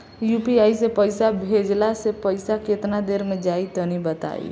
UPI से पईसा भेजलाऽ से पईसा केतना देर मे जाई तनि बताई?